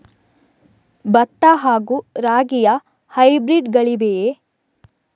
ಭತ್ತ ಹಾಗೂ ರಾಗಿಯ ಹೈಬ್ರಿಡ್ ಗಳಿವೆಯೇ?